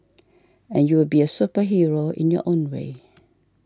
and you will be a superhero in your own way